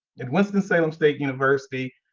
in winston-salem state university,